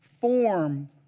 form